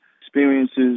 experiences